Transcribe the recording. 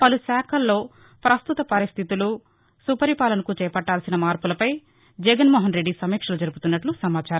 పలు శాఖల్లో పస్తుత పరిస్థితులు సుపరిపాలసకు చేపట్టాల్సిన మార్పులపై జగన్మోహన్రెడ్డి సమీక్షలు జరుపుతున్నట్లు సమాచారం